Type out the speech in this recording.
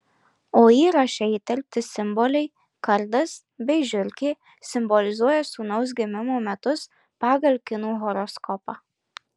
o įraše įterpti simboliai kardas bei žiurkė simbolizuoja sūnaus gimimo metus pagal kinų horoskopą